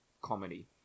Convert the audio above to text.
comedy